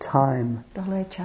time